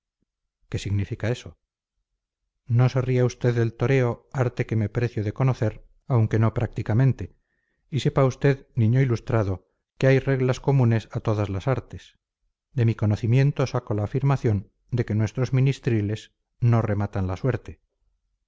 qué significa eso no se ría usted del toreo arte que me precio de conocer aunque no prácticamente y sepa usted niño ilustrado que hay reglas comunes a todas las artes de mi conocimiento saco la afirmación de que nuestros ministriles no rematan la suerte